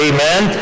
Amen